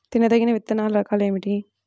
తినదగిన విత్తనాల రకాలు ఏమిటి?